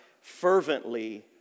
Fervently